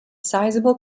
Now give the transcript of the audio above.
sizeable